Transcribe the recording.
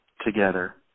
together